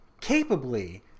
capably